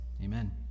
Amen